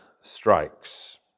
strikes